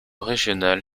régional